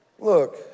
Look